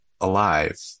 alive